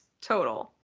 total